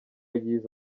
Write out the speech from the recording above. yize